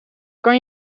kan